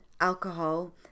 alcohol